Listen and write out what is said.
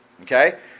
Okay